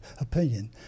opinion